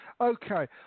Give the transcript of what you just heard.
okay